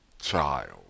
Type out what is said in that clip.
child